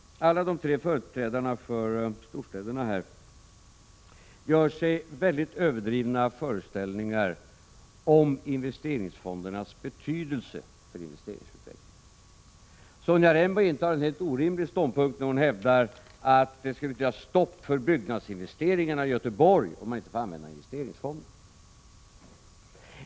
Alla tre företrädarna för storstäderna gör sig mycket överdrivna föreställningar om investeringsfondernas betydelse för investeringsutveck 67 lingen. Sonja Rembo intar en helt orimlig ståndpunkt när hon hävdar att det skulle betyda stopp för byggnadsinvesteringarna i Göteborg om man inte får använda investeringsfonder.